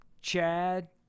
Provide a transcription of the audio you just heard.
Chad